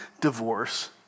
divorce